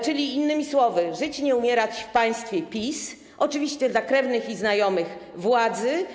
czyli innymi słowy: żyć, nie umierać w państwie PiS, oczywiście dla krewnych i znajomych władzy.